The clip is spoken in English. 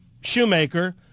shoemaker